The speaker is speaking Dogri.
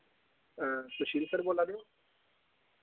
सुशील सर बोल्ला दे ओ